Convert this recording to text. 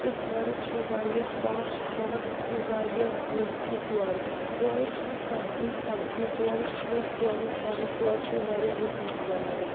تہٕ تورٕ چھِ واریاہ صاف ہوا تہٕ واریاہ کُلۍ چھِ تورٕ تورٕ چھُ سبزی سبزی تورٕ چھُ سورُے سبٕز تورٕ چھِ واریاہ رُت نظارٕ